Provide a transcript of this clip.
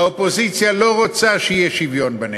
האופוזיציה לא רוצה שיהיה שוויון בנטל.